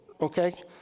Okay